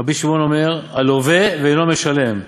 רבי שמעון אומר, הלווה ואינו משלם.